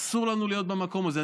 אסור לנו להיות במקום הזה.